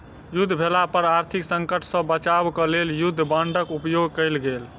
युद्ध भेला पर आर्थिक संकट सॅ बचाब क लेल युद्ध बांडक उपयोग कयल गेल